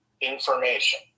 information